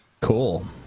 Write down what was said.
Cool